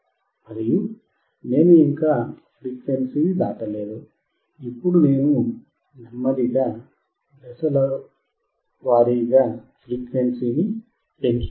మరియు నేను ఇంకా ఫ్రీక్వెన్సీని దాటలేదు ఇప్పుడు నేను నెమ్మదిగా దశల్లో ఫ్రీక్వెన్సీని పెంచుతున్నాను